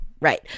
Right